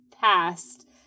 past